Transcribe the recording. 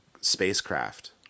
spacecraft